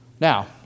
Now